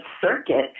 circuit